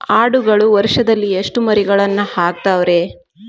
ಆಡುಗಳು ವರುಷದಲ್ಲಿ ಎಷ್ಟು ಮರಿಗಳನ್ನು ಹಾಕ್ತಾವ ರೇ?